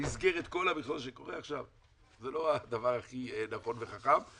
במסגרת כל מה שקורה עכשיו זה לא הדבר הכי נכון וחכם.